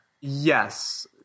Yes